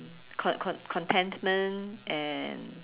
con~ con~ contentment and